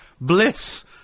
Bliss